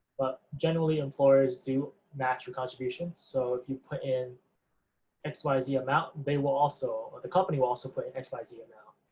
but generally employers do match your contribution. so, if you put in x y z amount, they will also, the company will also pay x y z amount,